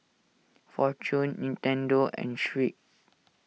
Fortune Nintendo and Schick